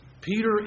Peter